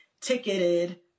ticketed